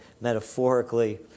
metaphorically